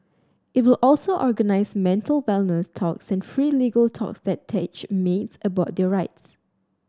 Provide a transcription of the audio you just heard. it will also organise mental wellness talks and free legal talks that teach maids about their rights